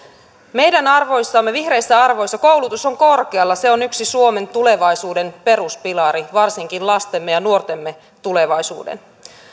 meidän arvoissamme vihreissä arvoissa koulutus on korkealla se on yksi suomen tulevaisuuden peruspilari varsinkin lastemme ja nuortemme tulevaisuuden